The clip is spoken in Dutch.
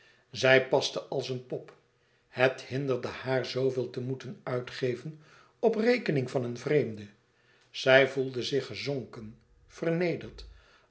zij paste als een pop het hinderde haar zooveel te moeten uitgeven op rekening van een vreemde zij voelde zich gezonken vernederd